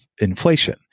inflation